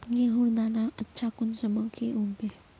गेहूँर दाना अच्छा कुंसम के उगबे?